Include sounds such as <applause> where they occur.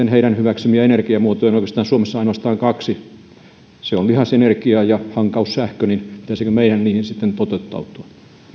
<unintelligible> heidän hyväksymiään energiamuotoja on suomessa oikeastaan ainoastaan kaksi lihasenergia ja hankaussähkö että pitäisikö meidän niihin sitten totuttautua